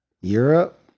Europe